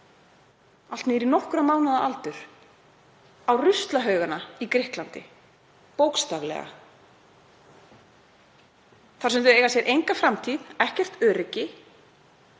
allt niður í nokkurra mánaða aldur, á ruslahaugana í Grikklandi, bókstaflega, þar sem þau eiga sér enga framtíð, ekkert öryggi,